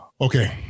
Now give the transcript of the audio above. Okay